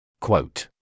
Quote